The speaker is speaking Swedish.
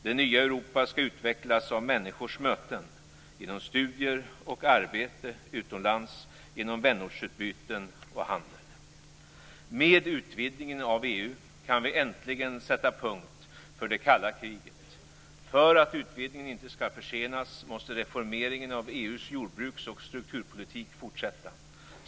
Det nya Europa skall utvecklas av människors möten - genom studier och arbete utomlands, genom vänortsutbyten och handel. Med utvidgningen av EU kan vi äntligen sätta punkt för det kalla kriget. För att utvidgningen inte skall försenas måste reformeringen av EU:s jordbruks och strukturpolitik fortsätta.